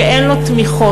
שאין לו תמיכות.